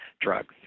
drugs